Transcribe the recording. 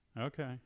Okay